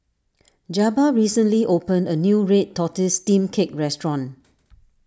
Jabbar recently opened a new Red Tortoise Steamed Cake Restaurant